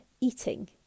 eating